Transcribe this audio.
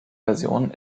version